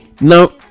now